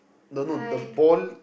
don't know the ball